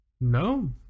No